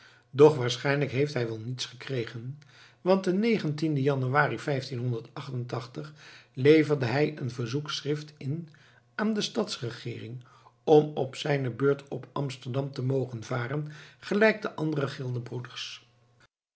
doch waarschijnlijk heeft hij wel niets gekregen want den negentienden januari leverde hij een verzoekschrift in aan de stads regeering om op zijne beurt op amsterdam te mogen varen gelijk de andere